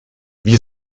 wir